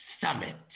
Summit